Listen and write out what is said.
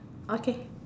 okay